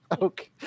okay